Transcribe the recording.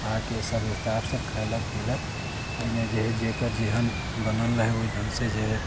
आ कऽ सभ स्टाफसभ खयलक पीलक ओहिमे जे हइ जकर जेहन बनल रहय ओहि ढङ्गसँ जे हइ